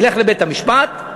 ילך לבית-המשפט,